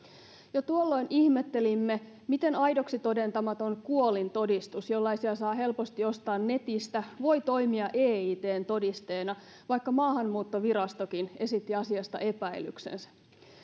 jo tuolloin ihmettelimme miten aidoksi todentamaton kuolintodistus jollaisia saa helposti ostaa netistä voi toimia eitn todisteena vaikka maahanmuuttovirastokin esitti asiasta epäilyksensä